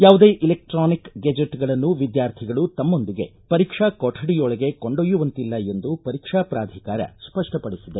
ಯಾವುದೇ ಇಲೆಕ್ಟಾನಿಕ್ ಗೆಜೆಟ್ಗಳನ್ನು ವಿದ್ಯಾರ್ಥಿಗಳು ತಮ್ಮೊಂದಿಗೆ ಪರೀಕ್ಷಾ ಕೊಠಡಿಯೊಳಗೆ ಕೊಂಡೊಯ್ಯುವಂತಿಲ್ಲ ಎಂದು ಪರೀಕ್ಷಾ ಪ್ರಾಧಿಕಾರ ಸ್ಪಪ್ಪಪಡಿಸಿದೆ